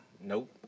Nope